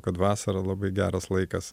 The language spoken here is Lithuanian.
kad vasarą labai geras laikas